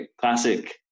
Classic